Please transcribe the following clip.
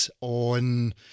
on